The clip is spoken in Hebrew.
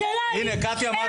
השאלה היא איפה?